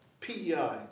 PEI